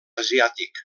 asiàtic